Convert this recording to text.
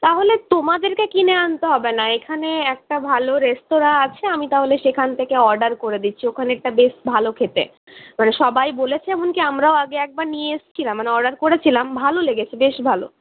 তাহলে তোমাদেরকে কিনে আনতে হবে না এখানে একটা ভালো রেস্তোরাঁ আছে আমি তাহলে সেখান থেকে অর্ডার করে দিচ্ছি ওখানেরটা বেশ ভালো খেতে মানে সবাই বলেছে এমনকি আমরাও আগে একবার নিয়ে এসেছিলাম মানে অর্ডার করেছিলাম ভালো লেগেছে বেশ ভালো